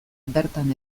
bertan